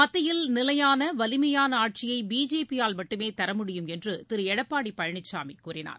மத்தியில் நிலையான வலிமையான ஆட்சியை பிஜேபி யால் மட்டுமே தரமுடியும் என்று திரு எடப்பாடி பழனிசாமி கூறினார்